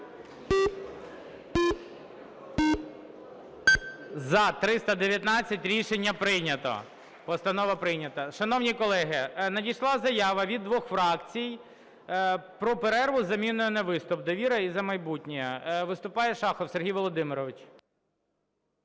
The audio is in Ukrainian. За-319 Рішення прийнято. Постанова прийнята. Шановні колеги, надійшла заява від двох фракцій про перерву із заміною на виступ – "Довіра" і "За майбутнє". Виступає Шахов Сергій Володимирович.